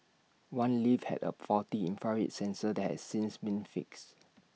one lift had A faulty infrared sensor that has since been fixed